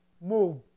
move